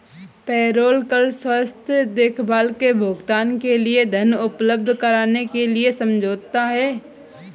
payroll कर स्वास्थ्य देखभाल के भुगतान के लिए धन उपलब्ध कराने के लिए समझौता है